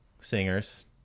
Singers